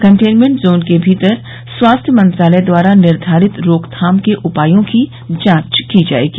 containment zone के भीतर स्वास्थ्य मंत्रालय द्वारा निर्घारित रोकथाम के उपायों की जांच की जाएगी